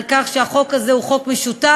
על כך שהחוק הזה הוא חוק משותף,